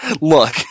Look